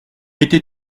était